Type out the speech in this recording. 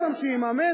כדי לממן,